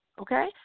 okay